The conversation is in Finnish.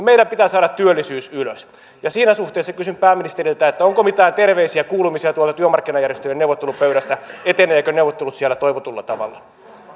meidän pitää saada työllisyys ylös ja siinä suhteessa kysyn pääministeriltä onko mitään terveisiä kuulumisia tuolta työmarkkinajärjestöjen neuvottelupöydästä etenevätkö neuvottelut siellä toivotulla tavalla